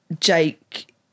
Jake